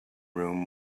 room